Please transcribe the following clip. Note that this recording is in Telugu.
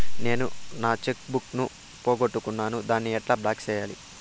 నేను నా చెక్కు బుక్ ను పోగొట్టుకున్నాను దాన్ని ఎట్లా బ్లాక్ సేయాలి?